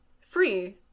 Free